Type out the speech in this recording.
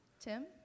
Tim